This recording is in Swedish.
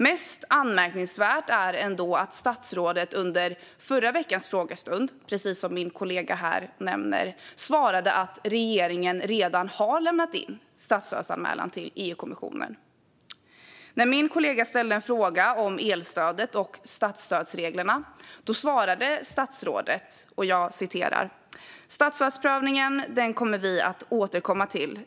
Mest anmärkningsvärt är ändå att statsrådet under förra veckans frågestund, precis som min kollega här nämner, svarade att regeringen redan har lämnat in statsstödsanmälan till EU-kommissionen. När min kollega ställde en fråga om elstödet och statsstödsreglerna svarade statsrådet: "Statsstödsprövningen kommer vi att återkomma till.